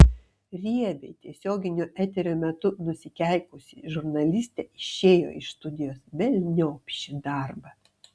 riebiai tiesioginio eterio metu nusikeikusi žurnalistė išėjo iš studijos velniop šį darbą